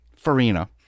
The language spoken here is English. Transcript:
Farina